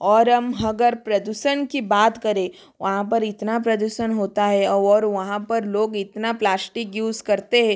और हम हगर प्रदूषण की बात करें वहाँ पर इतना प्रदूषण होता है और वहाँ पर लोग इतना प्लाश्टिक यूज़ करते है